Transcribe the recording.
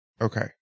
Okay